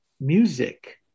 music